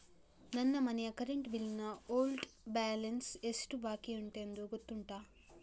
ನನ್ನ ಮನೆಯ current bill ನ ಓಲ್ಡ್ ಬ್ಯಾಲೆನ್ಸ್ ಎಷ್ಟು ಬಾಕಿಯುಂಟೆಂದು ಗೊತ್ತುಂಟ?